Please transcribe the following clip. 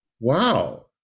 Wow